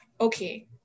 Okay